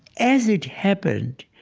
as it happened,